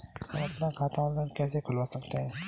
हम अपना खाता ऑनलाइन कैसे खुलवा सकते हैं?